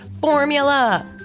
formula